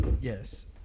Yes